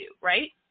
right